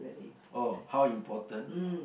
oh how important